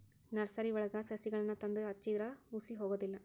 ನರ್ಸರಿವಳಗಿ ಸಸಿಗಳನ್ನಾ ತಂದ ಹಚ್ಚಿದ್ರ ಹುಸಿ ಹೊಗುದಿಲ್ಲಾ